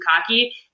cocky